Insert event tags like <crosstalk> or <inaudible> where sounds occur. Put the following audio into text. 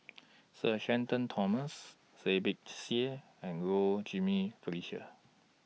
<noise> Sir Shenton Thomas Seah Peck Seah and Low Jimenez Felicia